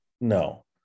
No